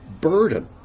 burden